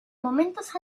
momentos